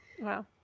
wow